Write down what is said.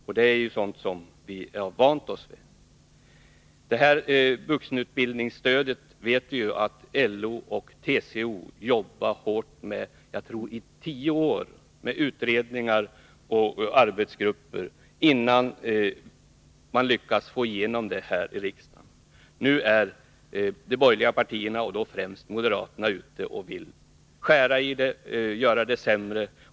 Vi vet att LO och TCO har arbetat hårt för vuxenstudiestödet — jag tror arbetet pågick i hela tio år, med utredningar och arbetsgrupper —, innan reformen genomfördes här i riksdagen. Nu är de borgerliga partierna, och då främst moderaterna, ute för att försämra stödet.